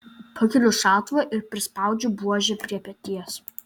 pakeliu šautuvą ir prispaudžiu buožę prie peties